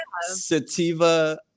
sativa